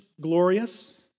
glorious